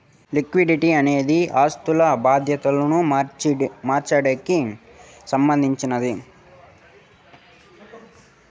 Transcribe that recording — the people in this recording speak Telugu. లిక్విడిటీ అనేది ఆస్థులు బాధ్యతలు మార్పిడికి సంబంధించినది